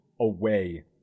away